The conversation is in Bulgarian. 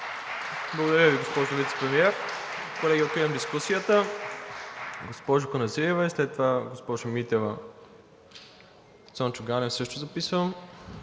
Благодаря Ви, госпожо Вицепремиер. Колеги, откривам дискусията. Госпожа Каназирева, след това госпожа Митева, Цончо Ганев също записвам,